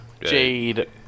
jade